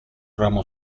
ramo